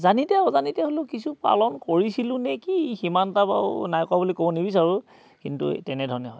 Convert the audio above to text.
জানিতে অজানিতে হ'লেও কিছু পালন কৰিছিলোঁ নে কি সিমানটা বাৰু নাই কৰা বুলি ক'ব নিবিচাৰোঁ কিন্তু তেনেধৰণে হয়